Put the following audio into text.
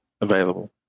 available